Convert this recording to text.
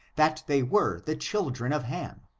that they were the children of ham,